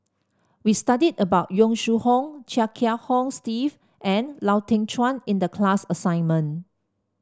we studied about Yong Shu Hoong Chia Kiah Hong Steve and Lau Teng Chuan in the class assignment